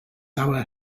our